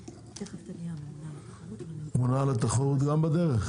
למה הורדתם רק כדי שנדע?